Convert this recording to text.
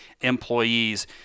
employees